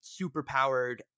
superpowered